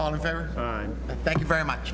on a very i thank you very much